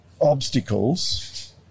obstacles